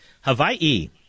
Hawaii